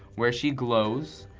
where she glows,